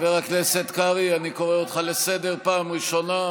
חבר הכנסת קרעי, אני קורא אותך לסדר פעם ראשונה.